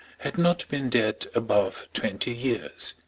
had not been dead above twenty years.